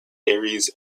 ares